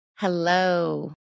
Hello